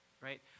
right